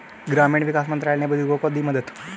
ग्रामीण विकास मंत्रालय ने बुजुर्गों को दी मदद